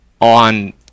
on